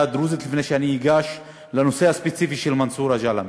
הדרוזית לפני שאני אגש לנושא הספציפי של מנסורה-ג'למה.